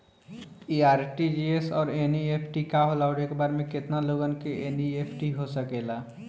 इ आर.टी.जी.एस और एन.ई.एफ.टी का होला और एक बार में केतना लोगन के एन.ई.एफ.टी हो सकेला?